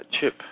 chip